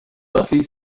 buffy